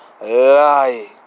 Lie